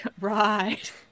right